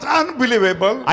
unbelievable